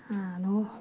আৰু